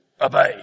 Obey